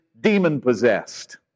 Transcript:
demon-possessed